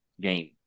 game